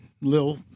Lil